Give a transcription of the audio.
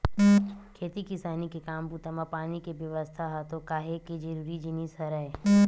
खेती किसानी के काम बूता म पानी के बेवस्था ह तो काहेक जरुरी जिनिस हरय